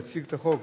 יציג את החוק